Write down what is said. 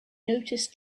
noticed